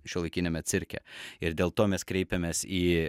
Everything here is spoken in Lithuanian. šiuolaikiniame cirke ir dėl to mes kreipėmės į